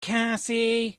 cassie